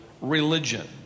religion